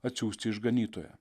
atsiųsti išganytoją